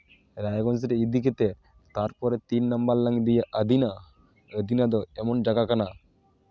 ᱨᱟᱭᱜᱚᱸᱡᱽ ᱨᱮ ᱤᱫᱤ ᱠᱟᱛᱮᱫ ᱛᱟᱨᱯᱚᱨᱮ ᱛᱤᱱ ᱱᱟᱢᱵᱟᱨ ᱨᱮᱞᱟᱝ ᱤᱫᱤᱭ ᱭᱟ ᱟᱹᱫᱤᱱᱟ ᱟᱹᱫᱤᱱᱟ ᱫᱚ ᱮᱢᱚᱱ ᱡᱟᱭᱜᱟ ᱠᱟᱱᱟ